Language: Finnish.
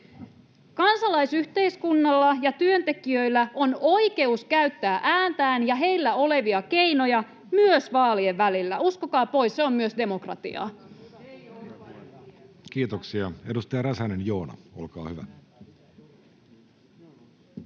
Kansalaisyhteiskunnalla ja työntekijöillä on oikeus käyttää ääntään ja heillä olevia keinoja myös vaalien välillä. Uskokaa pois, se on myös demokratiaa. [Eveliina Heinäluoma: Ei